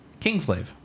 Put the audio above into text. Kingslave